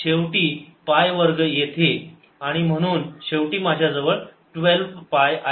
तर शेवटी पाय वर्ग येथे आणि म्हणून शेवटी माझ्याजवळ 12 पाय आहे